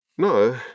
No